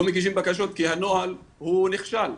לא מגישים בקשות כי הנוהל הוא נכשל,